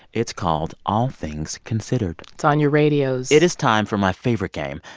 it's called all things considered it's on your radios it is time for my favorite game,